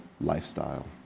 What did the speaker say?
lifestyle